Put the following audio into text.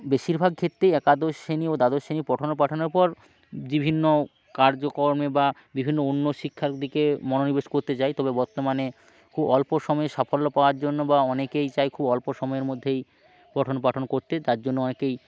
বেশিরভাগ ক্ষেত্রেই একাদশ শ্রেণী ও দ্বাদশ শেণির পঠন পাঠনের পর বিভিন্ন কার্য কর্মে বা বিভিন্ন অন্য শিক্ষার দিকে মনোনিবেশ কঢ়তে যায় তবে বর্তমানে খুব অল্প সময়ে সাফল্য পাওয়ার জন্য বা অনেকেই চায় খুব অল্প সময়ের মধ্যেই পঠন পাঠন করতে তার জন্য অনেকেই